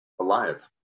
alive